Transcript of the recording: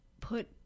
put